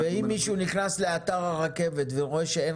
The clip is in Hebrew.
ואם מישהו נכנס לאתר הרכבת ורואה שאין